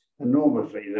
enormously